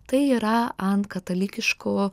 tai yra ant katalikiškų